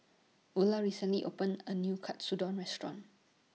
Ula recently opened A New Katsudon Restaurant